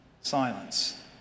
silence